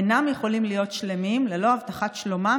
אינם יכולים להיות שלמים ללא הבטחת שלומם